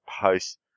post